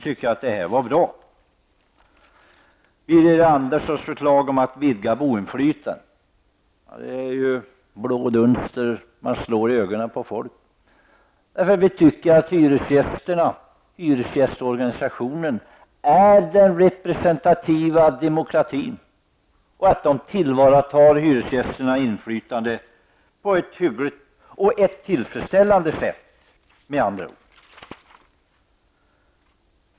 Birger Anderssons förslag om att vidga boinflytandet tycker jag är att slå blå dunster i ögonen på folk. Vi tycker att hyresgästorganisationen är den representativa demokratin. Det tillvaratar hyresgästernas intressen på ett tillfredsställande sätt.